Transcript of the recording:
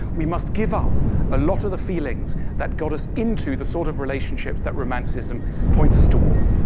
we must give up a lot of the feelings that got us into the sort of relationships that romanticism points us towards